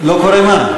לא קורה מה?